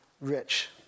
rich